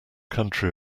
country